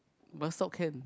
bus stop can